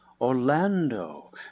orlando